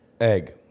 Egg